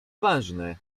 ważne